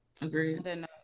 Agreed